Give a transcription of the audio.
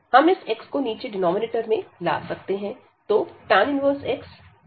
तो tan 1x और हमारे पास यहां x है